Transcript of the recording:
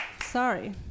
Sorry